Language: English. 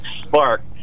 spark